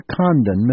Condon